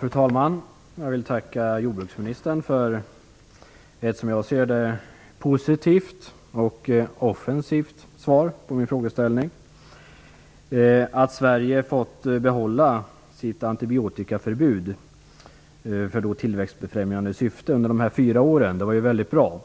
Fru talman! Jag vill tacka jordbruksministern för ett, som jag ser det, positivt och offensivt svar på min fråga. Att Sverige fått behålla sitt förbud mot antibiotika i tillväxtbefrämjande syfte under dessa fyra år var mycket bra.